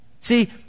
See